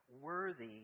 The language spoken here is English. worthy